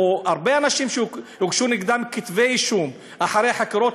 הרבה אנשים שהוגשו נגדם כתבי-אישום אחרי חקירות,